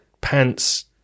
pants